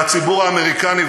והציבור האמריקני,